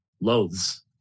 loathes